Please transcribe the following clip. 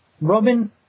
Robin